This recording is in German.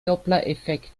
dopplereffekt